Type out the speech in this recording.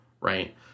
right